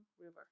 River